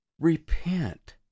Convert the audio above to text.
Repent